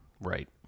right